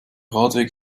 radweg